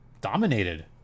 dominated